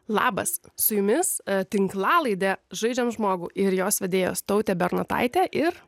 labas su jumis tinklalaidė žaidžiam žmogų ir jos vedėjas tautė bernotaitė ir